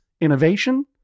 innovation